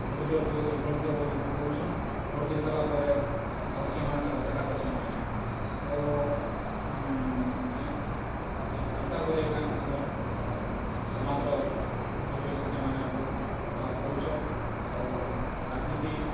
vote ଦିଅ vote ଦିଅ ବୋଲିକରି କହୁଛନ୍ ଭୋଟ୍ ଦେଇ ସାର୍ଲା ପରେ ଆଉ ସେମାନେ ତାଙ୍କର୍ ଦେଖା ଦର୍ଶନ୍ ନାଇଁନେ ତ ଏନ୍ତାକରି ଏଖେନ୍ ଆମର୍ ସମାଜ୍ର ପରିବେଶ୍କେ ସେମାନେ ବହୁତ୍ ଖରାପ୍ କରୁଛନ୍ ଆଉ ରାଜ୍ନୀତି